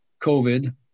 covid